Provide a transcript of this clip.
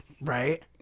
right